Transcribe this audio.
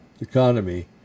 economy